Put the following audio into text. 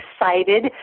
excited